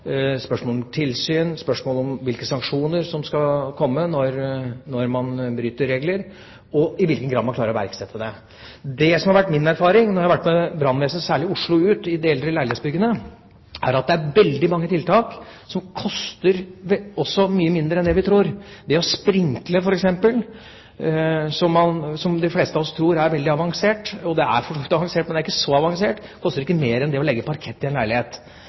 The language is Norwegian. spørsmål om tilsyn, spørsmål om hvilke sanksjoner som skal komme når man bryter regler, og i hvilken grad man klarer å iversette det. Det som har vært min erfaring, når jeg har vært med brannvesenet, særlig i Oslo, ut i de eldre leilighetsbyggene, er at det er veldig mange tiltak som også koster mye mindre enn det vi tror. Det å sprinkle, f.eks., som de fleste av oss tror er veldig avansert – det er for så vidt avansert, men det er ikke så avansert – koster ikke mer enn å legge parkett i en leilighet.